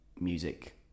music